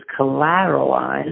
collateralized